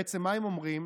בעצם מה הם אומרים?